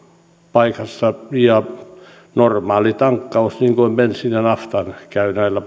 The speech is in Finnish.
paikassa ja normaali tankkaus niin kuin bensiinin ja naftan käy näillä